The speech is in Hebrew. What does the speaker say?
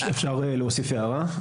אפשר להוסיף הערה?